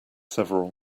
several